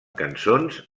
cançons